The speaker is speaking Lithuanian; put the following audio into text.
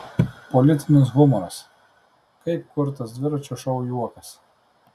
politinis humoras kaip kurtas dviračio šou juokas